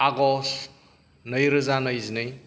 August' नैरोजा नैजिनै